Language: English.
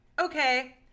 okay